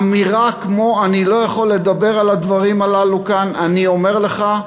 אמירה כמו "אני לא יכול לדבר על הדברים הללו כאן" אני אומר לך,